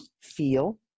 feel